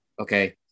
Okay